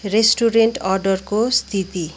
restaurant अर्डरको स्थिति